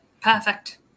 Perfect